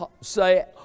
say